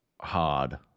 hard